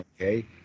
okay